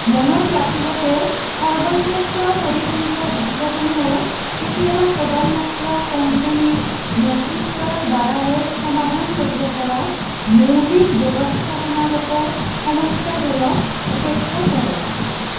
মনত ৰাখিব যে সৰ্বশ্ৰেষ্ঠ পৰিসংখ্যা বিশ্লেষণেও কেতিয়াবা কেৱল মাত্ৰ কোম্পানীৰ নেতৃত্বৰদ্বাৰাহে সমাধান কৰিব পৰা মৌলিক ব্যৱস্থাপনাগত সমস্যাবোৰক উপেক্ষা কৰে